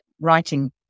writing